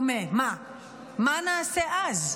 נעשה אז?